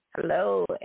hello